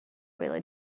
really